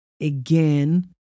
again